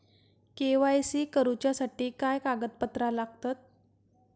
KYC करूच्यासाठी काय कागदपत्रा लागतत?